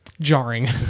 jarring